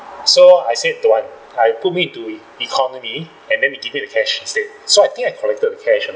so I said don't want I put me into economy and then they give me the cash instead so I think I collected the cash uh